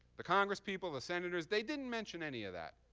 the congresspeople, the senators, they didn't mention any of that.